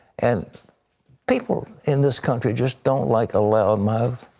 and people in this country, just don't like a loud mouth.